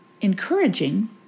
encouraging